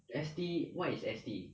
S_T what is S_T